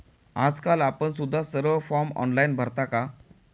आजकाल आपण सुद्धा सर्व फॉर्म ऑनलाइन भरता का?